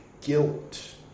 guilt